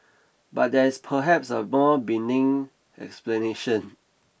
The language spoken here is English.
but there is perhaps a more benign explanation